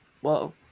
whoa